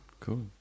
cool